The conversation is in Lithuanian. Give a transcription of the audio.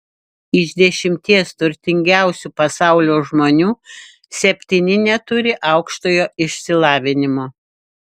iš dešimties turtingiausių pasaulio žmonių septyni neturi aukštojo išsilavinimo